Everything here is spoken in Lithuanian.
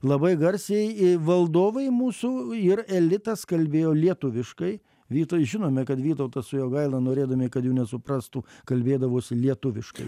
labai garsiai valdovai mūsų ir elitas kalbėjo lietuviškai vyta žinome kad vytautas su jogaila norėdami kad jų nesuprastų kalbėdavosi lietuviškai